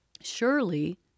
Surely